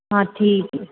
हाँ ठीक